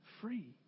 free